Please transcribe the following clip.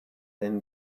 then